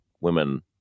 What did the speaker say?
women